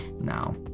Now